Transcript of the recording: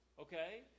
Okay